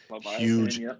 huge